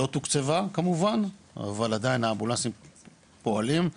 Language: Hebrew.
לא תוקצבה כמובן אבל עדיין האמבולנסים פועלים,